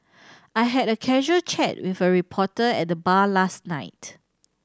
I had a casual chat with a reporter at the bar last night